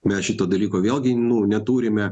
mes šito dalyko vėlgi nu neturime